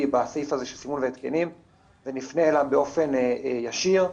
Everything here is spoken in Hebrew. בסעיף הזה של סימון והתקנים ונפנה אליהן באופן ישיר,